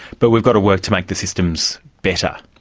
but we've got to work to make the systems better,